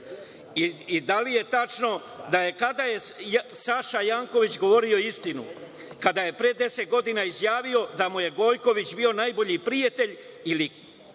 dame i gospodo? Kada je Saša Janković govorio istinu, kada je pre deset godina izjavio da mu je Gojković bio najbolji prijatelj ili